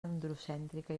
androcèntrica